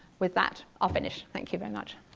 with that, i'll finish. thank you very much.